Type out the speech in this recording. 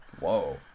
Whoa